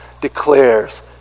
declares